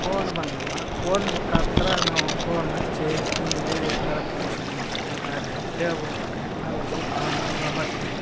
phone ಬಂದದೆ phone ಮುಖಾಂತರ ನಾವು ಫೋನ್ ಹಚ್ಚಿ ಇಲ್ಲಿ ಈ ಥರ ಪಂಕ್ಷನ್ ಮಾಡ್ತೀವಿ ಬನ್ರಿ ಅಂತೇಳ್ಬೋ ಟೆಕ್ನಾಲಜಿ ಭಾಳ ಮುಂದುವರ್ದೈತೆ